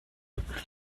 eux